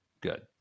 good